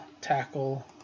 tackle